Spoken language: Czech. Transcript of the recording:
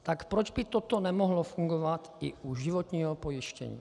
Tak proč by toto nemohlo fungovat i u životního pojištění?